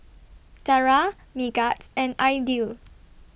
Dara Megat and Aidil